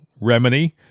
remedy